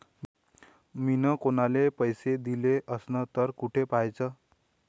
मिन कुनाले पैसे दिले असन तर कुठ पाहाचं?